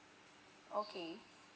okay